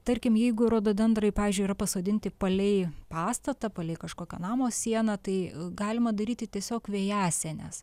tarkim jeigu rododendrai pavyzdžiui yra pasodinti palei pastatą palei kažkokio namo sieną tai galima daryti tiesiog vėjasienes